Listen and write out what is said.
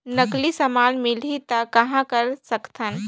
नकली समान मिलही त कहां कर सकथन?